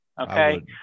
Okay